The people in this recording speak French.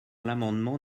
l’amendement